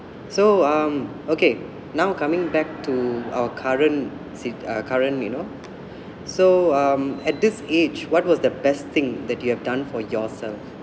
so um okay now coming back to our current sit~ uh current you know so um at this age what was the best thing that you have done for yourself